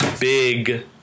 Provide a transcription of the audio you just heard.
big